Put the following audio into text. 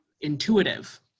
intuitive